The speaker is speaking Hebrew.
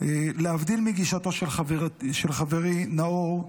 להבדיל מגישתו של חברי נאור,